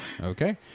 Okay